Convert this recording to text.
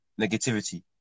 negativity